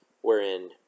wherein